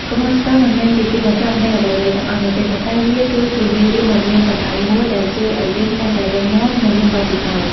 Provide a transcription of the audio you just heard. កំហុសឆ្គងមិនមែនជាទីបញ្ចប់នៃអ្វីៗទាំងអស់នោះទេ ប៉ុន្តែវាគឺជាមេរៀនដ៏មានតម្លៃមួយដែលជួយឱ្យយើងកាន់តែរឹងមាំ និងមានបទពិសោធន៍។